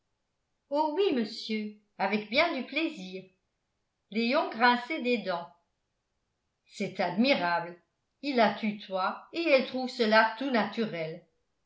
oh oui monsieur avec bien du plaisir léon grinçait des dents c'est admirable il la tutoie et elle trouve cela tout naturel